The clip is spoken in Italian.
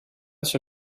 sua